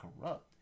corrupt